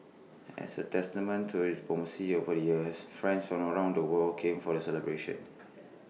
as A testament to its diplomacy over the years friends from around the world came for the celebrations